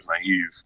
naive